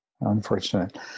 Unfortunate